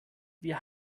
wir